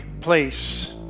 place